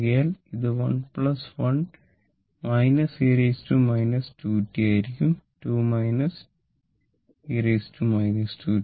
ആകയാൽ അത് 1 1 e 2t ആയിരിക്കും 2 e 2t